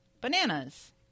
bananas